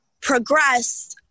progress